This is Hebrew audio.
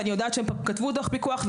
ואני יודעת שהם כתבו דוח פיקוח,